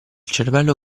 cervello